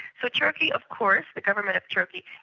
so turkey of course, the government of turkey